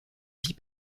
vie